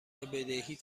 بدهی